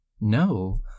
No